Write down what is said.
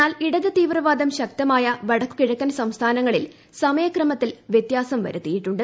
എന്നാൽ ഇടതു തീവ്രവാദം ശക്തമായ വടക്കും കിഴക്കൻ സംസ്ഥാനങ്ങളിൽ സമയക്രമത്തിൽ വ്യത്യാസം വ്യർുത്തിയിട്ടുണ്ട്